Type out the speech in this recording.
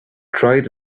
tried